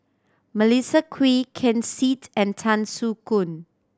Melissa Kwee Ken Seet and Tan Soo Khoon